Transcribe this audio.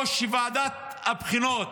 או שוועדת הבחינות,